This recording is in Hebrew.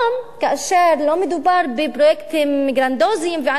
כאשר לא מדובר בפרויקטים גרנדיוזיים וענקיים,